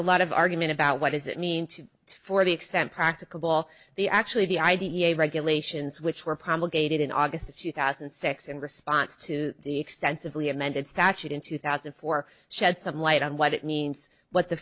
a lot of argument about what does it mean to for the extent practicable the actually the i d e a regulations which were promulgated in august of two thousand and six in response to the extensively amended statute in two thousand and four shed some light on what it means what the